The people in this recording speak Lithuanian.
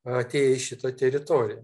atėję į šitą teritoriją